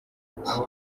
ati